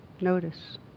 Notice